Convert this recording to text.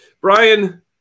Brian